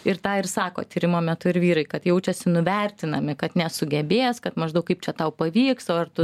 ir tą ir sako tyrimo metu ir vyrai kad jaučiasi nuvertinami kad nesugebės kad maždaug kaip čia tau pavyks o ar tu